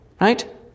right